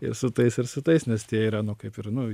ir su tais ir su tais nes tie yra nu kaip ir nu